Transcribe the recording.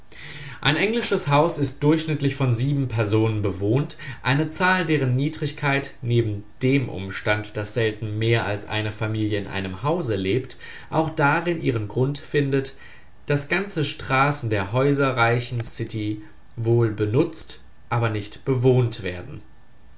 ein englisches haus ist durchschnittlich von personen bewohnt eine zahl deren niedrigkeit neben dem umstand daß selten mehr als eine familie in einem hause lebt auch darin ihren grund findet daß ganze straßen der häuserreichcn city wohl benutzt aber nicht bewohnt werden